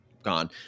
gone